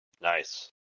Nice